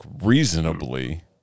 reasonably